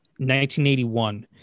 1981